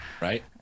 Right